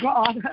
God